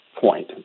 point